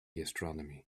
astronomy